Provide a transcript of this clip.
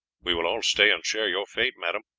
we will all stay and share your fate, madame.